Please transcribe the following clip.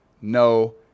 no